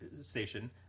station